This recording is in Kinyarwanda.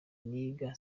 niga